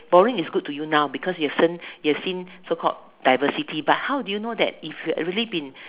boring is good to you now because you've seen you've seen so called diversity but how do you know that if you have really been